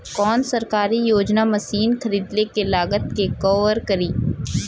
कौन सरकारी योजना मशीन खरीदले के लागत के कवर करीं?